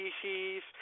species